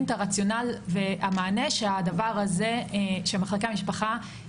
את הרציונל והמענה שנותנים כיום מחלקי המשפחה,